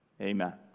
Amen